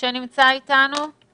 זה מקצוע עם אידיאולוגיה.